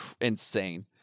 insane